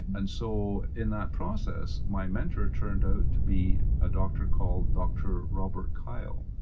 and so in that process my mentor turned out to be a doctor called dr. robert kyle,